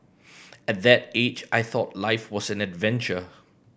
at that age I thought life was an adventure